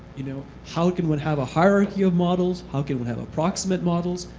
you know how can one have a hierarchy of models? how can you have approximate models?